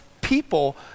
people